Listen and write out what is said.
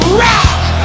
rock